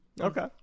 Okay